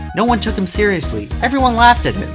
no one took him seriously. everyone laughed at